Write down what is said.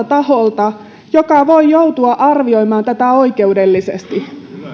taholta joka voi joutua arvioimaan tätä oikeudellisesti